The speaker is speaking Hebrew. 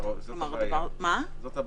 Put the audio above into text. זאת הבעיה,